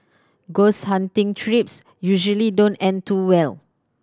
ghost hunting trips usually don't end too well